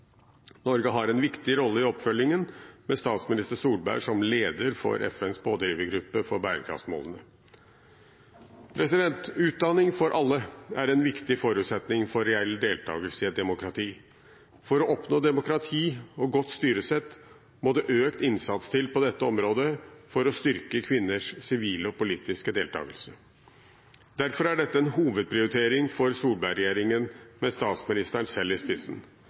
Norge har en viktig rolle i oppfølgingen med statsminister Solberg som leder for FNs rådgivergruppe for bærekraftsmålene. Utdanning for alle er en viktig forutsetning for reell deltakelse i et demokrati. For å oppnå demokrati og godt styresett må det økt innsats til på dette området for å styrke kvinners sivile og politiske deltakelse. Derfor er dette en hovedprioritering for Solberg-regjeringen, med statsministeren selv i spissen.